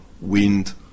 wind